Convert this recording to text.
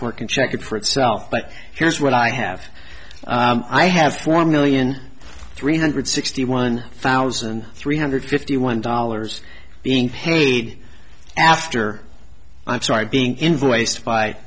can check it for itself but here's what i have i have one million three hundred sixty one thousand three hundred fifty one dollars being paid after i'm sorry being invoiced by